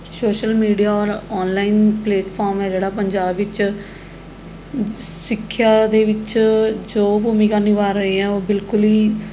social media ਔਰ online platform ਹੈ ਜਿਹੜਾ ਪੰਜਾਬ ਵਿੱਚ ਸਿੱਖਿਆ ਦੇ ਵਿੱਚ ਜੋ ਭੂਮਿਕਾ ਨਿਭਾ ਰਹੇ ਆ ਉਹ ਬਿਲਕੁਲ ਹੀ